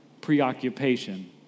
preoccupation